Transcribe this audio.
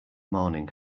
morning